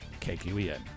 KQEN